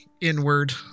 inward